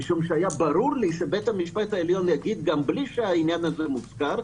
משום שבית המשפט העליון ייקח את זה בחשבון גם בלי שהעניין הזה מוזכר.